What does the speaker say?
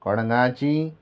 कडंगाची